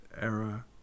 era